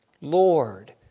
Lord